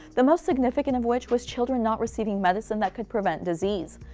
the most significant of which was children not receiving medicine that could prevent disease.